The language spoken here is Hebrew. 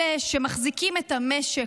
אלה שמחזיקים את המשק,